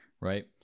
right